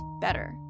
better